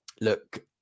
look